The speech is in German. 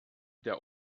der